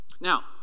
Now